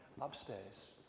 upstairs